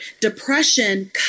depression